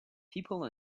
people